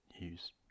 use